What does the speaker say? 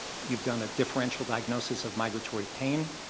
you've done a differential diagnosis of migratory pain,